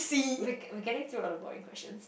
wait we're getting the other board in question